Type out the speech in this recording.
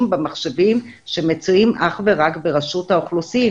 במחשבים שמצויים אך ורק ברשות האוכלוסין.